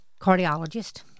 cardiologist